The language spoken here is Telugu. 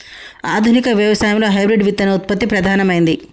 ఆధునిక వ్యవసాయం లో హైబ్రిడ్ విత్తన ఉత్పత్తి ప్రధానమైంది